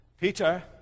Peter